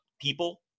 people